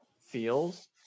feels